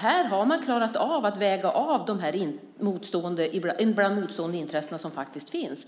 Här har man klarat av att väga av de ibland motstående intressen som finns.